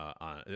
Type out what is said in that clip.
on